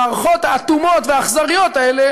המערכות האטומות והאכזריות האלה